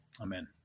Amen